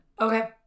Okay